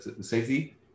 safety